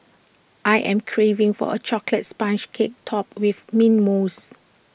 I am craving for A Chocolates Sponge Cake Topped with Mint Mousse